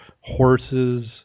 horses